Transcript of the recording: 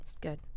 Good